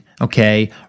okay